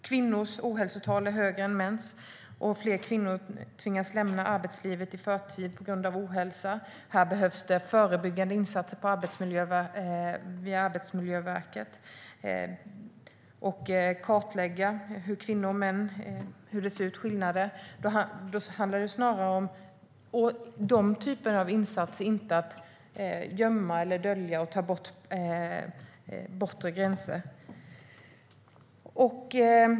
Kvinnors ohälsotal är högre än mäns, och fler kvinnor tvingas lämna arbetslivet i förtid på grund av ohälsa. Här behövs förebyggande insatser via Arbetsmiljöverket för att kartlägga skillnaderna mellan kvinnor och män. Det handlar snarare om den typen av insatser, inte om att gömma, dölja eller ta bort bortre gränser.